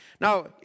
Now